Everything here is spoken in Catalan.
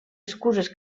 excuses